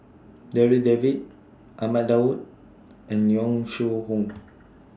Darryl David Ahmad Daud and Yong Shu Hoong